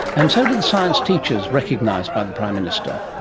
and so to the science teachers recognised by the prime minister.